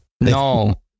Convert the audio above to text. no